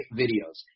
videos